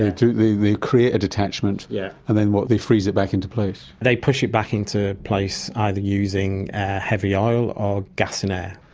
they they create a detachment yeah and then, what, they freeze it back into place? they push it back into place either using a heavy oil or gas and air.